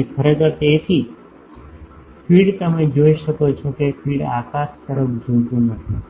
અને ખરેખર તેથી ફીડ તમે જોઈ શકો છો કે ફીડ આકાશ તરફ જોતું નથી